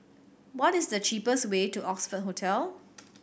what is the cheapest way to Oxford Hotel